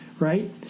Right